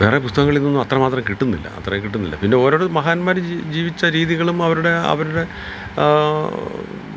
വേറെ പുസ്തകങ്ങളിൽ നിന്നും അത്രമാത്രം കിട്ടുന്നില്ല അത്രയും കിട്ടുന്നില്ല പിന്നെ ഒരോരു മഹാന്മാർ ജീ ജീവിച്ച രീതികളും അവരുടെ അവരുടെ